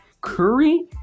Curry